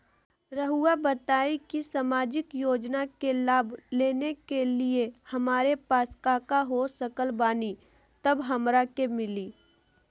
रहुआ बताएं कि सामाजिक योजना के लाभ लेने के लिए हमारे पास काका हो सकल बानी तब हमरा के मिली?